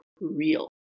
real